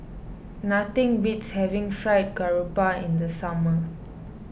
nothing beats having Fried Garoupa in the summer